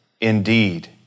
Indeed